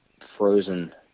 frozen